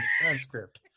transcript